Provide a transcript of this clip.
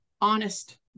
honest